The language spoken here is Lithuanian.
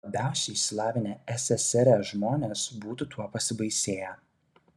labiausiai išsilavinę ssrs žmonės būtų tuo pasibaisėję